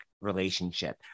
relationship